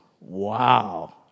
Wow